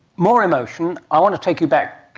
more emotion. i want to take you back,